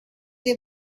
they